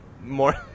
more